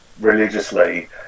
religiously